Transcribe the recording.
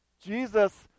Jesus